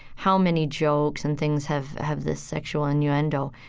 how many jokes and things have, have this sexual innuendo,